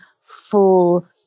full